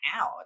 out